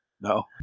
no